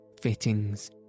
fittings